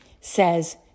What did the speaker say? says